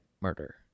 murder